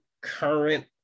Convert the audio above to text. current